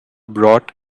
brought